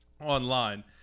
online